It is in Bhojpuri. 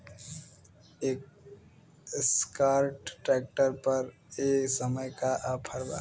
एस्कार्ट ट्रैक्टर पर ए समय का ऑफ़र बा?